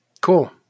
cool